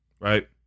Right